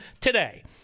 today